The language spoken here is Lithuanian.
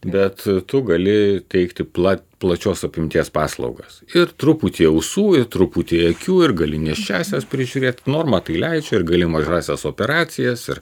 bet tu gali teikti pla plačios apimties paslaugas ir truputį jau ausų ir truputį akių ir gali nėščiąsias prižiūrėt norma tai leidžia ir gali mažąsias operacijas ir